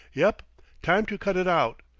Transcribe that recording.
yep time to cut it out.